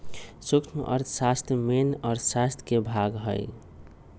सूक्ष्म अर्थशास्त्र मेन अर्थशास्त्र के भाग हई